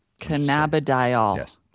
cannabidiol